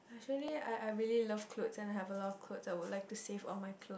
actually I I really love clothes and I have a lot clothes and I would like to save all my clothes